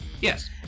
Yes